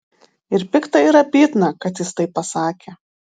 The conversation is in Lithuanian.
ir pikta ir abydna kad jis taip pasakė